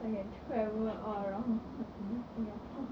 so I can travel all around the the singapore